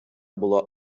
була